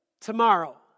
tomorrow